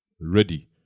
ready